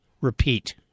repeat